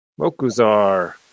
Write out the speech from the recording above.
Mokuzar